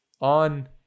on